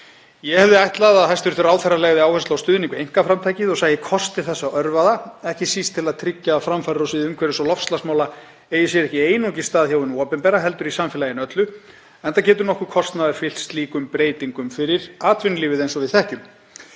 Ég hefði ætlað að hæstv. ráðherra legði áherslu á stuðning við einkaframtakið og sæi kosti þess að örva það, ekki síst til að tryggja að framfarir á sviði umhverfis- og loftslagsmála eigi sér ekki einungis stað hjá hinu opinbera heldur í samfélaginu öllu, enda getur nokkur kostnaður fylgt slíkum breytingum fyrir atvinnulífið eins og við þekkjum.